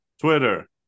Twitter